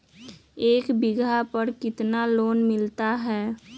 एक बीघा पर कितना लोन मिलता है?